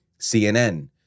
CNN